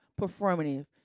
performative